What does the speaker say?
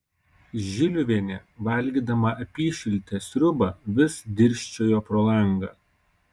žiliuvienė valgydama apyšiltę sriubą vis dirsčiojo pro langą